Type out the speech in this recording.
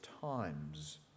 times